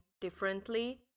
differently